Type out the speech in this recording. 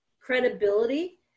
credibility